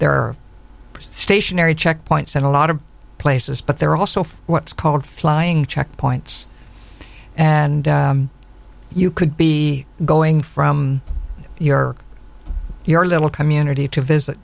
are stationary checkpoints and a lot of places but they're also what's called flying checkpoints and you could be going from your your little community to visit